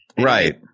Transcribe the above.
Right